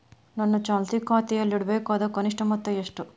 ನನ್ನ ಚಾಲ್ತಿ ಖಾತೆಯಲ್ಲಿಡಬೇಕಾದ ಕನಿಷ್ಟ ಮೊತ್ತ ಎಷ್ಟು?